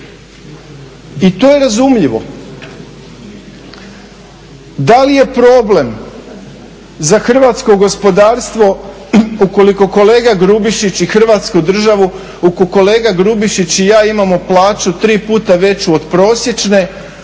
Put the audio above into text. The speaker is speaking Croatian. i to je razumljivo. Da li je problem za hrvatsko gospodarstvo ukoliko kolega Grubišić i Hrvatsku državu, ukoliko kolega Grubišić i ja imamo plaću tri puta veću od prosječne,